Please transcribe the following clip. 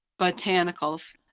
Botanicals